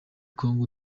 kongo